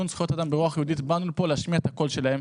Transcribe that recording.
זכויות אדם ברוח יהודית באנו לפה להשמיע את הקול שלהם.